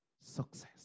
success